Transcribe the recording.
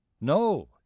No